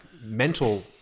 mental